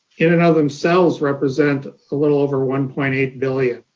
in and of themselves represent a little over one point eight billion